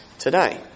Today